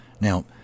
Now